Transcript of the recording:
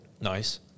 Nice